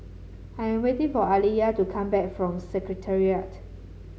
I am waiting for Aliya to come back from Secretariat